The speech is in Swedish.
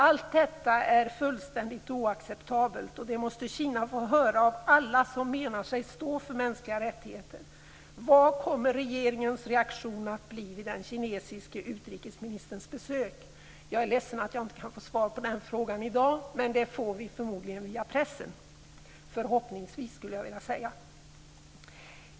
Allt detta är fullständigt oacceptabelt, och det måste Kina få höra av alla som menar sig stå för mänskliga rättigheter. Vad kommer regeringens reaktion att bli vid den kinesiske utrikesministerns besök? Jag är ledsen att jag inte kan få svar på den frågan i dag. Men det får vi förhoppningsvis via pressen.